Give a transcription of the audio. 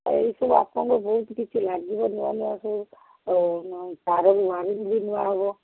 ଏଇସବୁ ଆପଣଙ୍କ ବହୁତ କିଛି ଲାଗିବ ନୂଆ ନୂଆ ସବୁ ତାର ନୂଆ ନୂଆ ହବ